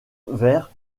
vers